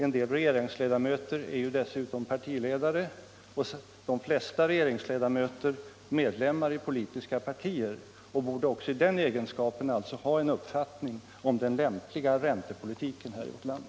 En del regeringsledamöter är dessutom partiledare, och de flesta regeringsledamöter är medlemmar i politiska partier och borde alltså även i den egenskapen ha en uppfattning om den lämpliga räntepolitiken i vårt land.